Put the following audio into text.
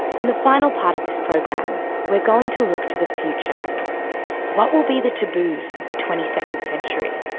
in the final part of this program we're going to look to the future what will be the taboos of the twenty second century?